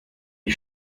ich